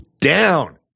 down